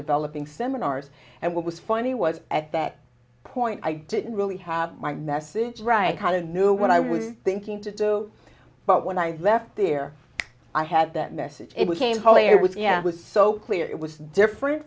developing seminars and what was funny was at that point i didn't really have my message right kind of new when i was thinking to do but when i left there i had that message it became clear with yeah it was so clear it was different